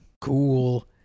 cool